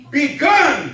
begun